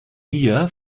mia